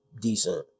decent